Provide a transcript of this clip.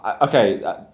okay